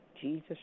Jesus